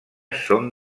són